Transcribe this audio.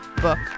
book